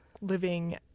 living